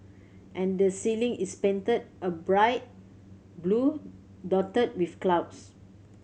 and the ceiling is painted a bright blue dotted with clouds